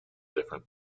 different